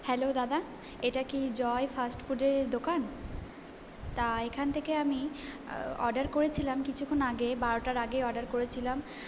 hello দাদা এটা কি জয় ফার্স্ট ফুডের দোকান তা এখান থেকে আমি অর্ডার করেছিলাম কিছুক্ষণ আগে বারোটার আগে অর্ডার করেছিলাম